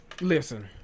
Listen